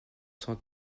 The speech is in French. cent